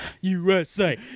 USA